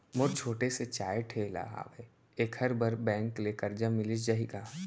मोर छोटे से चाय ठेला हावे एखर बर बैंक ले करजा मिलिस जाही का?